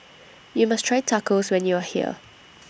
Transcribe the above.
YOU must Try Tacos when YOU Are here